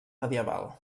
medieval